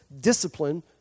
discipline